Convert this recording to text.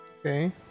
Okay